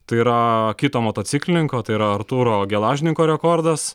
tai yra kito motociklininko tai yra artūro gelažninko rekordas